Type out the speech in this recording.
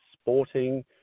sporting